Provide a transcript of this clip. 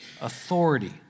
authority